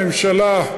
הממשלה,